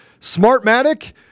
Smartmatic